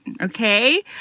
okay